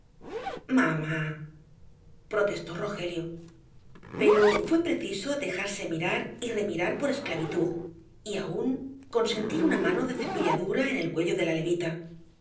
mamá protestó rogelio pero fué preciso dejarse mirar y remirar por esclavitud y aun consentir una mano de cepilladura en el cuello de la levita